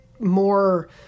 more